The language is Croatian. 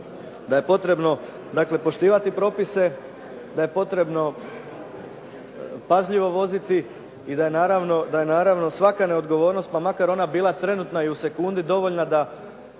da je potrebno poštivati propise, da je potrebno pažljivo voziti i da je naravno svaka neodgovornost pa makar ona bila trenutna i u sekundi dovoljna da